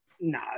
no